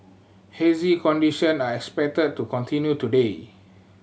hazy condition are expected to continue today